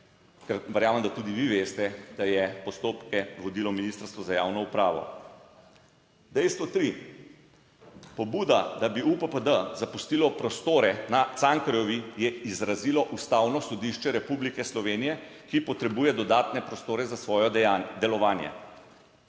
ker verjamem, da tudi vi veste, da je postopke vodilo Ministrstvo za javno upravo. Dejstvo tri, pobuda, da bi UPPD zapustilo prostore na Cankarjevi, je izrazilo Ustavno sodišče Republike Slovenije, ki potrebuje dodatne prostore za svoje delovanje.